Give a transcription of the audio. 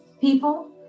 people